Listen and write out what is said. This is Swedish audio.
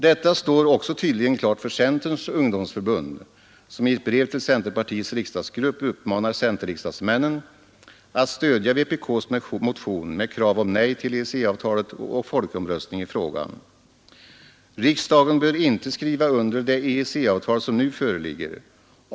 Detta står också tydligen klart för centerns ungdomsförbund, som i ett brev till centerpartiets riksdagsgrupp uppmanar centerriksdagsmännen att stödja vpk:s motion med krav på nej till EEC-avtalet och folkomröstning i frågan. Det heter i brevet: ”Riksdagen bör inte skriva under det EEC-avtal som nu föreligger.